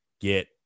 get